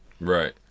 Right